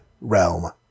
realm